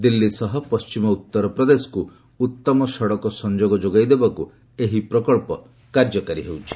ଦିଲ୍ଲୀ ସହ ପଶ୍ଚିମ ଉତ୍ତରପ୍ରଦେଶକୁ ଉତ୍ତମ ସଡ଼କ ସଂଯୋଗ ଯୋଗାଇଦେବାକୁ ଏହି ପ୍ରକଳ୍ପ କାର୍ଯ୍ୟକାରୀ ହେଉଛି